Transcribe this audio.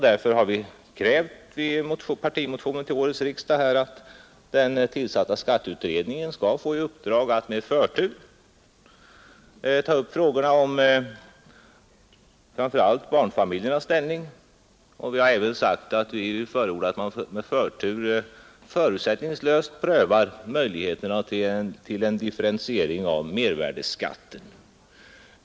Därför har vi i en partimotion till årets riksdag krävt att den tillsatta skatteutredningen får i uppdrag att med förtur ta upp frågorna om framför allt barnfamiljernas ställning. Vi förordar även att utredningen med förtur förutsättningslöst prövar möjligheterna till en differentiering av mervärdeskatten.